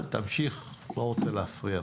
תמשיך, אני לא רוצה להפריע.